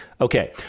Okay